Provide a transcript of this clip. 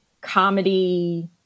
comedy